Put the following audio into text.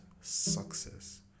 success